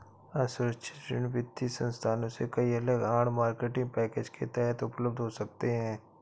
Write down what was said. असुरक्षित ऋण वित्तीय संस्थानों से कई अलग आड़, मार्केटिंग पैकेज के तहत उपलब्ध हो सकते हैं